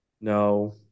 No